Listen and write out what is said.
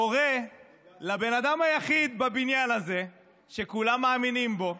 קורא לבן אדם היחיד בבניין הזה שכולם מאמינים בו,